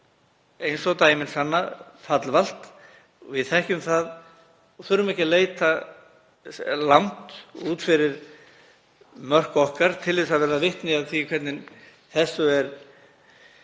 eins og dæmin sanna, fallvalt. Við þekkjum það og þurfum ekki að leita langt út fyrir mörk okkar til að verða vitni að því hvernig þessum